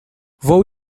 vou